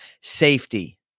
safety